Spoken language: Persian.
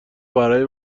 برای